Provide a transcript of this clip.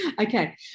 Okay